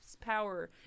power